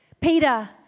Peter